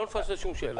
לא נפספס שום שאלות.